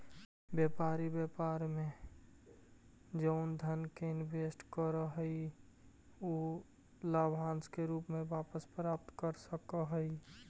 व्यापारी व्यापार में जउन धन के इनवेस्ट करऽ हई उ लाभांश के रूप में वापस प्राप्त कर सकऽ हई